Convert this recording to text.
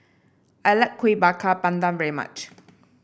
I like Kuih Bakar Pandan very much